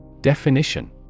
Definition